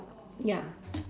ya